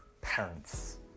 parents